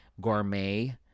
Gourmet